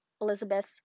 Elizabeth